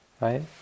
right